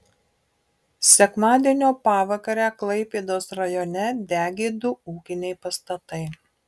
sekmadienio pavakarę klaipėdos rajone degė du ūkiniai pastatai